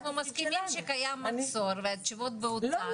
זה התפקיד שלנו --- לא,